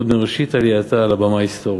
עוד מראשית עלייתה על הבמה ההיסטורית.